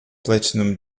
platinum